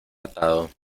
atado